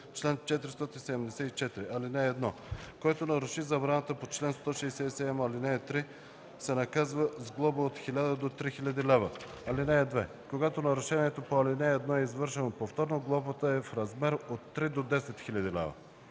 Чл. 474. (1) Който наруши забраната по чл. 168, ал. 3, се наказва с глоба от 1000 до 3000 лв. (2) Когато нарушението по ал. 1 е извършено повторно, глобата е в размер от 3000 до 10 000 лв.”